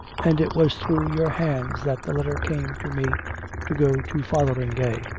and it was through your hands that the letter came to me to go to fotheringay.